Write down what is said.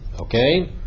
Okay